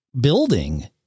building